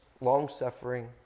long-suffering